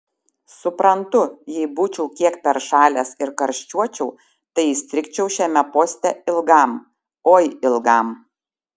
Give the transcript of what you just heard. suprantu jei būčiau kiek peršalęs ir karščiuočiau tai įstrigčiau šiame poste ilgam oi ilgam